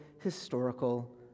historical